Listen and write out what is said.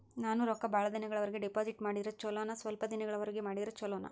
ನಾನು ರೊಕ್ಕ ಬಹಳ ದಿನಗಳವರೆಗೆ ಡಿಪಾಜಿಟ್ ಮಾಡಿದ್ರ ಚೊಲೋನ ಸ್ವಲ್ಪ ದಿನಗಳವರೆಗೆ ಮಾಡಿದ್ರಾ ಚೊಲೋನ?